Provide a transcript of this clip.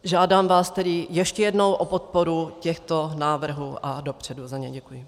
Žádám vás tedy ještě jednou o podporu těchto návrhů a dopředu za ně děkuji.